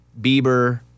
Bieber